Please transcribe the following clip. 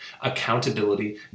accountability